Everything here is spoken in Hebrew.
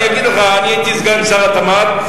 אני אגיד לך: הייתי סגן שר התמ"ת,